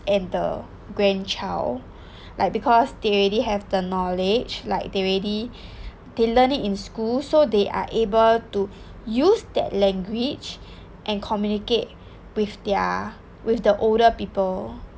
and the grandchild like because they already have the knowledge like they already they learned it in school so they are able to use that language and communicate with their with the older people